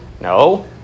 No